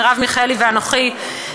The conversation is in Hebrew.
מרב מיכאלי ואנוכי,